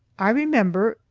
i remember,